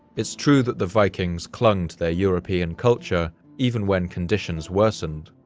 it's true that the vikings clung to their european culture even when conditions worsened.